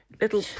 Little